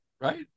right